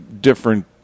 different